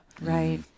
Right